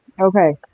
Okay